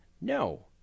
no